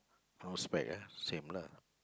no spec ah same lah